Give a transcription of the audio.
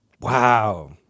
Wow